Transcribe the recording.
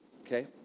okay